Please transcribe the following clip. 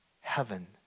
heaven